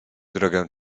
drogę